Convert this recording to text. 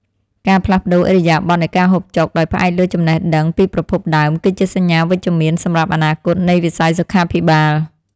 ការផ្លាស់ប្តូរឥរិយាបថនៃការហូបចុកដោយផ្អែកលើចំណេះដឹងពីប្រភពដើម គឺជាសញ្ញាវិជ្ជមានសម្រាប់អនាគតនៃវិស័យសុខាភិបាល។